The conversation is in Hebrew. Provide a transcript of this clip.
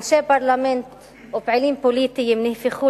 אנשי פרלמנט ופעילים פוליטיים נהפכו